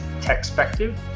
techspective